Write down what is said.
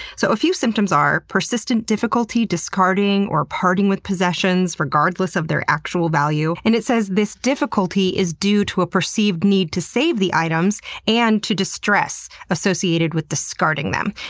so a few symptoms are persistent difficulty discarding or parting with possessions regardless of their actual value, and it says this difficulty is due to a perceived need to save the items and to distress associated with discarding them.